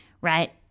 right